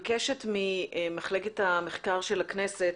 מרכז המחקר והמידע של הכנסת,